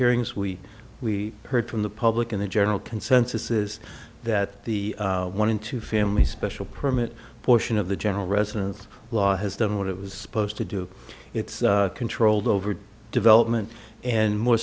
hearings we we heard from the public and the general consensus is that the one in two family special permit portion of the general residence law has done what it was supposed to do it's controlled over development and more